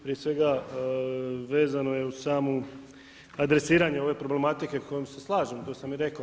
Prije svega vezano je uz samo adresiranje ove problematike s kojom se slažem, to sam i rekao.